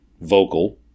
vocal